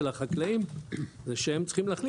של החקלאים זה שהם צריכים להחליט,